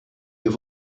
have